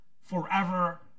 forever